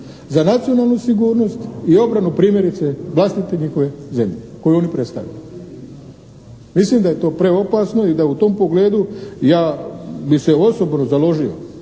za nacionalnu sigurnost i obranu primjerice vlastite njihove zemlje koju oni predstavljaju. Mislim da je to preopasno i da u tom pogledu ja bi se osobno založio,